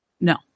No